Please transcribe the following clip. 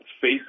face